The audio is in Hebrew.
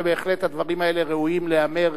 ובהחלט הדברים האלה ראויים להיאמר,